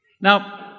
Now